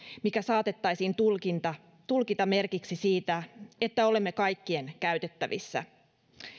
se saatettaisiin tulkita merkiksi siitä että olemme kaikkien käytettävissä